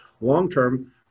Long-term